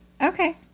okay